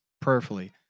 prayerfully